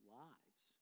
lives